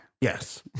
Yes